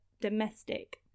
domestic